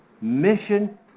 mission